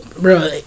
bro